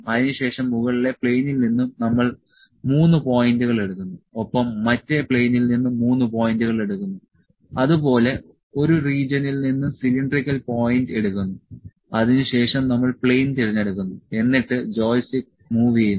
അതിനുശേഷം മുകളിലെ പ്ലെയിനിൽ നിന്ന് നമ്മൾ 3 പോയിന്റുകൾ എടുക്കുന്നു ഒപ്പം മറ്റേ പ്ലെയിനിൽ നിന്ന് 3 പോയിന്റുകൾ എടുക്കുന്നു അതുപോലെ ഒരു റീജിയനിൽ നിന്ന് സിലിണ്ടറിക്കൽ പോയിന്റ് എടുക്കുന്നു അതിനുശേഷം നമ്മൾ പ്ലെയിൻ തിരഞ്ഞെടുക്കുന്നു എന്നിട്ട് ജോയിസ്റ്റിക്ക് മൂവ് ചെയ്യുന്നു